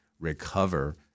recover